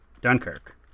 Dunkirk